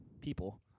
people